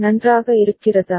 நன்றாக இருக்கிறதா